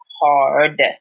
hard